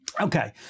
Okay